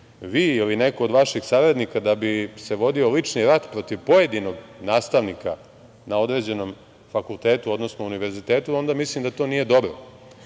vi ili neko od vaših saradnika da bi se vodio lični rat protiv pojedinog nastavnika na određenom fakultetu, odnosno univerzitetu, onda mislim da to nije dobro